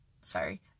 sorry